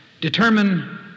determine